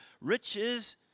riches